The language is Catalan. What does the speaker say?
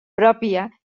pròpia